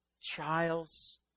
child's